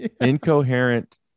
incoherent